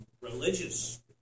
religious